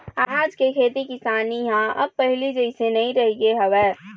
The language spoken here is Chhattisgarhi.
आज के खेती किसानी ह अब पहिली जइसे नइ रहिगे हवय